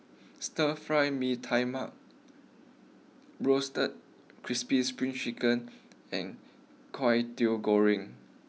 Stir Fried Mee Tai Mak Roasted Crispy Spring Chicken and Kway Teow Goreng